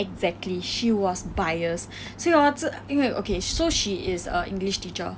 exactly she was biased 所有这因为 okay so she is a english teacher